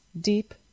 deep